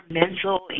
mental